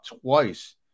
twice